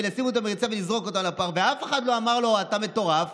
לשים אותם במריצה ולזרוק אותם לפח ואף אחד לא אמר לו "אתה מטורף",